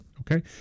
Okay